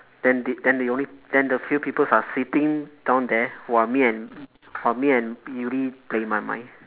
then they then they only then the few people are sitting down there who are me and who are me and yuri playing my mind